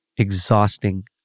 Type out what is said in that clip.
exhausting